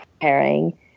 pairing